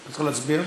צריך להצביע?